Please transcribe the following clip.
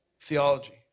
theology